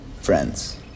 friends